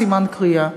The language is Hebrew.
סימן-קריאה.